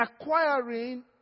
acquiring